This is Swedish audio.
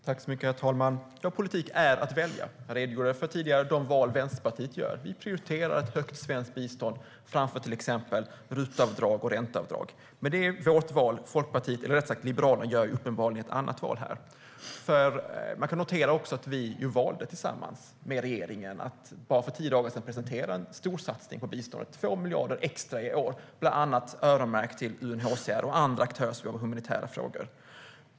Herr talman! Ja, politik är att välja. Jag redogjorde tidigare för de val som Vänsterpartiet gör. Vi prioriterar ett högt svenskt bistånd framför till exempel RUT-avdrag och ränteavdrag. Det är vårt val. Liberalerna gör uppenbarligen ett annat val. Man kan också notera att vi tillsammans med regeringen valde att bara för tio dagar sedan presentera en storsatsning på biståndet, 2 miljarder extra i år, bland annat öronmärkt till UNHCR och andra aktörer som jobbar med humanitära frågor.